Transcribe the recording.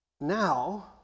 now